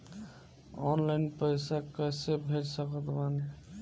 Online पैसा कैसे भेज सकत बानी?